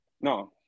No